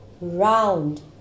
Round